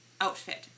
outfit